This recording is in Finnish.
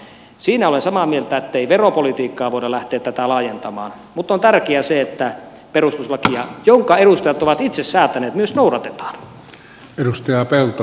siinä olen samaa mieltä ettei veropolitiikkaan voida lähteä tätä laajentamaan mutta on tärkeää se että perustuslakia jonka edustajat ovat itse säätäneet myös noudatetaan